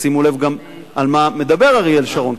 ושימו לב גם על מה מדבר אריאל שרון,